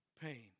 pain